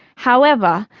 however,